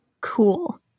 Cool